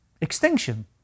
extinction